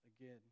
again